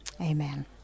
amen